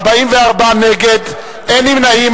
44 נגד, אין נמנעים.